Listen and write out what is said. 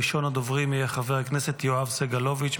ראשון הדוברים יהיה חבר הכנסת יואב סגלוביץ',